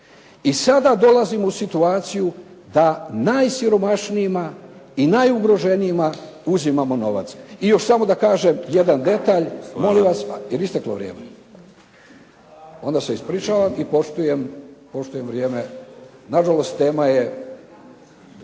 I sada dolazimo u situaciju da najsiromašnijima i najugroženijima uzimamo novac. I još samo da kažem jedan detalj, molim vas. Je li isteklo vrijeme? Onda se ispričavam i poštujem vrijeme. Nažalost, tema